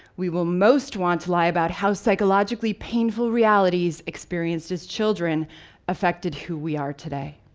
we will most want to lie about how psychologically painful realities experienced as children affected who we are today.